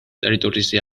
ტერიტორიაზე